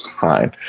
fine